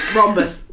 rhombus